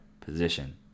position